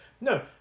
No